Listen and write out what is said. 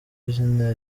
izina